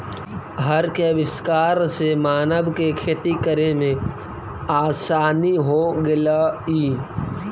हर के आविष्कार से मानव के खेती करे में आसानी हो गेलई